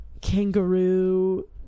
kangaroo